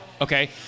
Okay